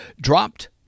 dropped